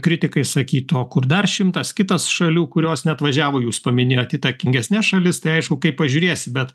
kritikai sakytų o kur dar šimtas kitas šalių kurios neatvažiavo jūs paminėjot įtakingesnes šalis tai aišku kaip pažiūrėsi bet